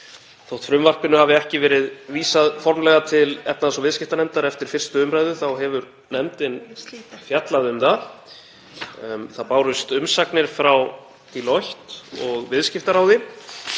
Þótt frumvarpinu hafi ekki verið vísað formlega til efnahags- og viðskiptanefndar eftir 1. umr. hefur nefndin fjallað um það. Það bárust umsagnir frá Deloitte og Viðskiptaráði.